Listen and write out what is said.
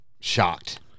shocked